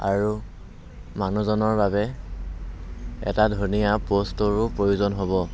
আৰু মানুহজনৰ বাবে এটা ধুনীয়া প'ষ্টৰো প্ৰয়োজন হ'ব